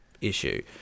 issue